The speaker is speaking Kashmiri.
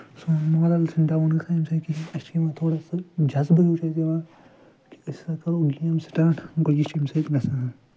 سون مارل چھُنہٕ ڈاوُن گژھان امہِ سۭتۍ کِہیٖنۍ اَسہِ چھِ یِوان تھوڑا سُہ جزبہٕ ہو چھُ اَسہِ یِوان کہِ أسۍ ہَسا کَرو گیم سِٹاٹ گوٚو یہِ چھِ امہِ سۭتۍ گَژھان